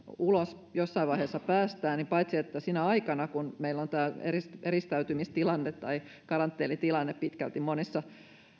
jossain vaiheessa päästään ulos paitsi se että sinä aikana kun meillä on päällä tämä eristäytymistilanne tai karanteenitilanne monissa